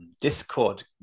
Discord